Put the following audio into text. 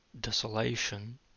desolation